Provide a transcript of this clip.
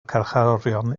carcharorion